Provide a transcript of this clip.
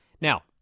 Now